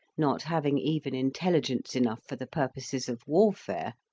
not having even intelligence enough for the purposes of warfare,